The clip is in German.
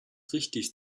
richtig